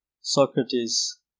Socrates